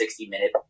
60-minute